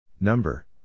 Number